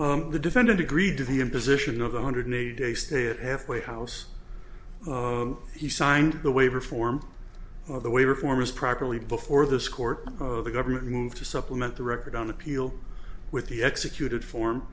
court the defendant agreed to the imposition of the hundred eighty day stay at halfway house he signed the waiver form of the way reform is properly before this court of the government moved to supplement the record on appeal with the executed form